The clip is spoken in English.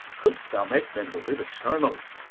couldst thou make men to live eternally,